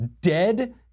Dead